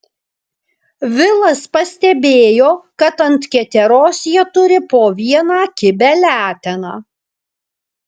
vilas pastebėjo kad ant keteros jie turi po vieną kibią leteną